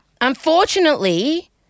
Unfortunately